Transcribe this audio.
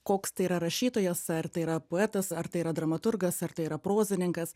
koks tai yra rašytojas ar tai yra poetas ar tai yra dramaturgas ar tai yra prozininkas